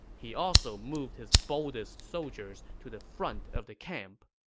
he also moved his boldest soldiers to the front of the camp.